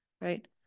Right